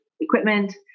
equipment